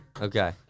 okay